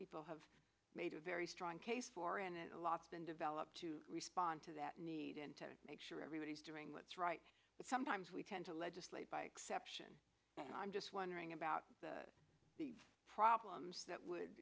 people have made a very strong case for and a lot been developed to respond to that need and to make sure everybody's doing what's right but sometimes we tend to legislate by exception i'm just wondering about the problems